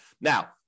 Now